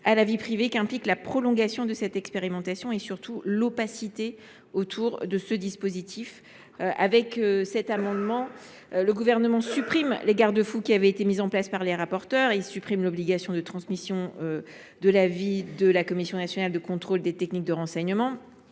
à la vie privée qu’implique la prolongation de cette expérimentation et, surtout, à l’opacité qui entoure ce dispositif. L’amendement du Gouvernement tend à supprimer les garde fous qui avaient été mis en place par les rapporteurs, en particulier l’obligation de transmission de l’avis de la Commission nationale de contrôle des techniques de renseignement